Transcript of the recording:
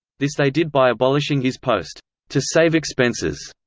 this they did by abolishing his post to save expenses.